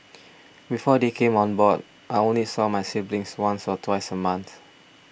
before they came on board I only saw my siblings once or twice a month